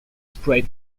sprayed